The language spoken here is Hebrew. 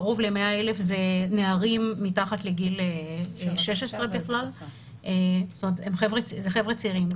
קרוב ל-100 אלף אלה נערים מתחת לגיל 16. אלה חבר'ה צעירים.